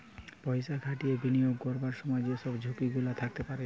পয়সা খাটিয়ে বিনিয়োগ করবার সময় যে সব ঝুঁকি গুলা থাকতে পারে